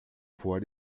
fois